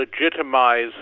legitimize